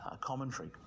commentary